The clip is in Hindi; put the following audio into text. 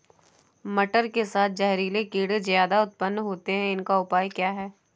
मटर के साथ जहरीले कीड़े ज्यादा उत्पन्न होते हैं इनका उपाय क्या है?